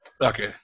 Okay